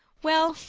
well,